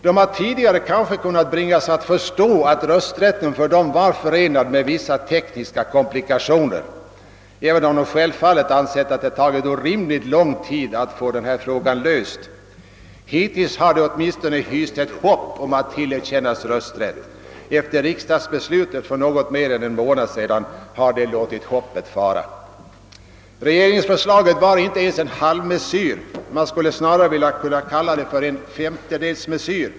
De' har kanske tidigare kunnat förstå att frågan om deras rösträtt varit förenad med vissa tekniska komplikationer, även om de självfallet ansett att det tagit orimligt lång tid att få denna fråga löst. Hittills har de åtminstone hyst hoppet om att de skulle tillerkännas rösträtt. Efter riksdagsbeslutet för något mer än en månad sedan har de låtit hoppet fara. Regeringsförslaget var inte ens en halvmesyr; man skulle snarare kunna kalla det för en femtedelsmesyr.